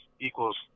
equals